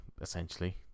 essentially